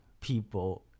people